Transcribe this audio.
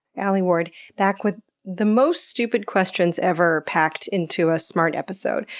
alie ward, back with the most stupid questions ever packed into a smart episode.